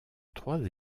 trois